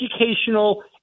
educational